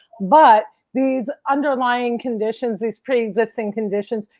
but, these underlying conditions, these preexisting conditions,